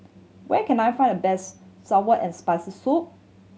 where can I find the best sour and Spicy Soup